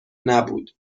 نبود